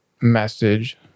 message